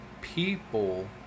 people